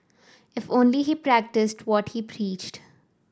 if only he practised what he preached